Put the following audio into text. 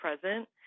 present